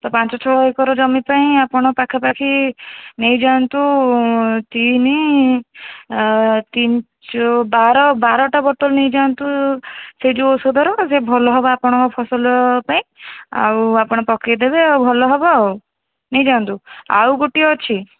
ତ ପାଞ୍ଚ ଛଅ ଏକର ଜମି ପାଇଁ ଆପଣ ପାଖାପାଖି ନେଇଯାଆନ୍ତୁ ତିନି ତିନି ତିନଚଉ ବାର ବାରଟା ବୋତଲ ନେଇଯାଆନ୍ତୁ ସେଇ ଯେଉଁ ଓଷଧର ସେ ଭଲ ହବ ଆପଣଙ୍କ ଫସଲ ପାଇଁ ଆଉ ଆପଣ ପକେଇଦେବେ ଆଉ ଭଲ ହେବ ଆଉ ନେଇଯାଆନ୍ତୁ ଆଉ ଗୋଟିଏ ଅଛି